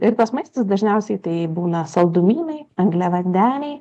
ir tas maistas dažniausiai tai būna saldumynai angliavandeniai